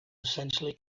essentially